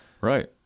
Right